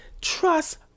Trust